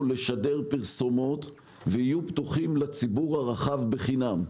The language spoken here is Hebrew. לשדר פרסומות ויהיו פתוחים לציבור הרחב חינם.